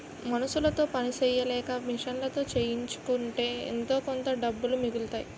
మనుసులతో పని సెయ్యలేక మిషన్లతో చేయించుకుంటే ఎంతోకొంత డబ్బులు మిగులుతాయి